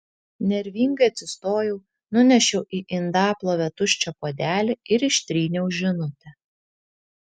nervingai atsistojau nunešiau į indaplovę tuščią puodelį ir ištryniau žinutę